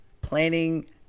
planning